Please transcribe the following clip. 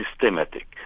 systematic